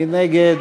מי נגד?